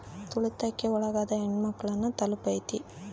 ತುಳಿತಕ್ಕೆ ಒಳಗಾದ ಹೆಣ್ಮಕ್ಳು ನ ತಲುಪೈತಿ